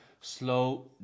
slow